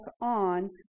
on